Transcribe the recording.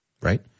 Right